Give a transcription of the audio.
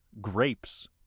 Grapes